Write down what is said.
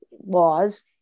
laws